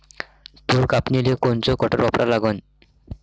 तूर कापनीले कोनचं कटर वापरा लागन?